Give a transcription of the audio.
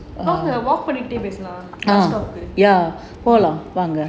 வாங்க:vaanga walk பண்ணிடே பேசலாம்:pannittae peslaam